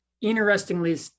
Interestingly